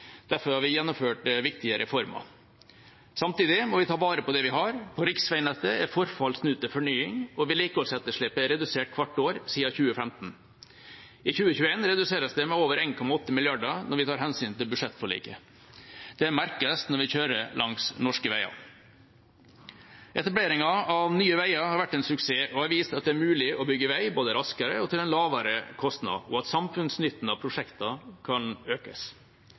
Derfor har vi gjennomført viktige reformer. Samtidig må vi ta vare på det vi har. På riksveinettet er forfall snudd til fornying, og vedlikeholdsetterslepet er redusert hvert år siden 2015. I 2021 reduseres det med over 1,8 mrd. kr, når vi tar hensyn til budsjettforliket. Det merkes når vi kjører langs norske veier. Etableringen av Nye Veier har vært en suksess og har vist at det er mulig å bygge vei både raskere og til en lavere kostnad, og at samfunnsnytten av prosjektene kan økes.